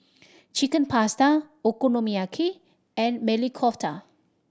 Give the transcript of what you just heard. Chicken Pasta Okonomiyaki and Maili Kofta